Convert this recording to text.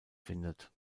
findet